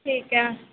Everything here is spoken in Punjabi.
ਠੀਕ ਹੈ